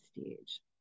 stage